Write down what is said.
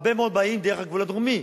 הרבה מאוד באים דרך הגבול הדרומי,